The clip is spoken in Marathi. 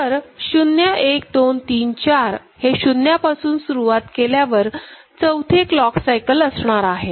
तर 0 1 2 3 4हे शून्यापासून सुरुवात केल्यावर चौथे क्लॉक सायकल असणार आहे